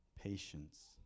patience